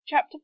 chapter